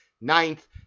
ninth